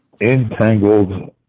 entangled